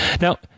Now